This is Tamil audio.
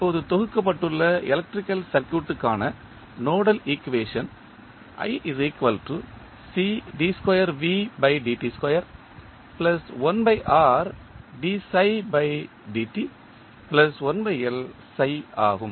இப்போது தொகுக்கப்பட்டுள்ள எலக்ட்ரிக்கல் சர்க்யூட் க்கான நோடல் ஈக்குவேஷன் ஆகும்